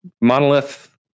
Monolith